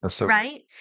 Right